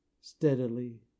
steadily